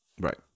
Right